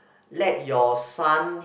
let your son